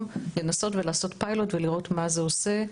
לנסות ולעשות פיילוט ולראות מה זה עושה,